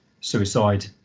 suicide